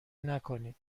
نکنید